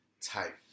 type